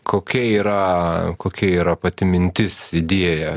kokia yra kokia yra pati mintis idėja